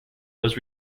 was